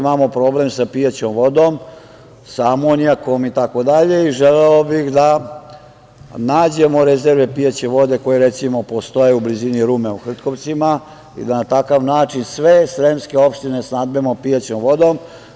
Imamo problem sa pijaćom vodom, sa amonijakom itd. i želeo bih da nađemo rezerve pijaće vode, koje recimo postoje u blizini Rume u Hrtkovcima i da na takav način sve sremske opštine snabdemo pijaćom vodom.